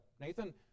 Nathan